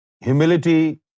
Humility